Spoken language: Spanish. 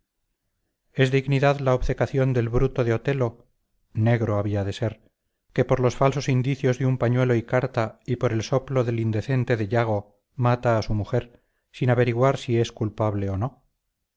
es dignidad la obcecación del bruto de otelo negro había de ser que por los falsos indicios de un pañuelo y carta y por el soplo del indecente de yago mata a su mujer sin averiguar si es culpable o no